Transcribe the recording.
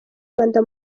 rwanda